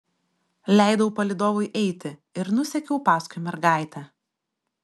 leidau palydovui eiti ir nusekiau paskui mergaitę